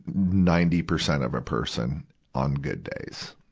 ninety percent of a person on good days.